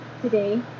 today